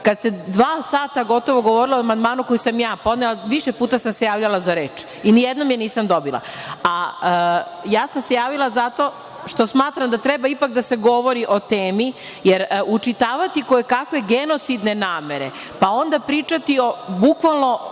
kada se dva sata govorilo o amandmanu koji sam ja podnela, a više puta sam se javljala za reč. Ni jednom je nisam dobila. Javila sam se zato što smatram da treba ipak da se govori o temi, jer učitavati ko je kakve genocidne namere, pa onda pričati bukvalno